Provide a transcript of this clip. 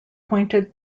pointed